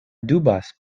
dubas